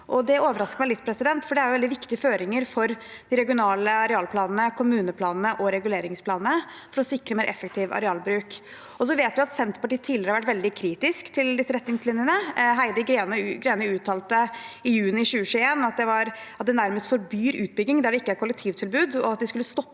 Det overrasker meg litt, for der er det veldig viktige føringer for de regionale arealplanene, kommuneplanene og reguleringsplanene, for å sikre mer effektiv arealbruk. Vi vet at Senterpartiet tidligere har vært veldig kritisk til disse retningslinjene. Heidi Greni uttalte i juni 2021 at «statlige planretningslinjer nærmest forbyr utbygging der det ikke er kollektivtilbud», at de skulle stoppe